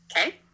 Okay